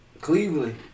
Cleveland